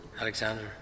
Alexander